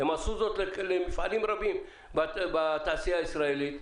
הם עשו זאת למפעלים רבים בתעשייה הישראלית,